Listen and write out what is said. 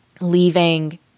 leaving